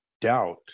doubt